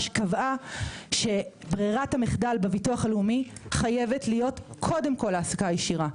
קבעה שברירת המחדל בביטוח הלאומי חייבת להיות קודם כל העסקה ישירה.